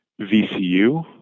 VCU